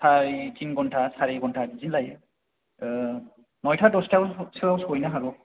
साराय थिन घन्टा सारि घन्टा बिदिनो लायो नयथा दस्थायाव सोआव सौहैनो हागौ